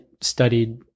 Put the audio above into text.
studied